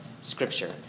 Scripture